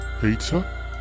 Peter